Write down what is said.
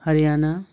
Haryana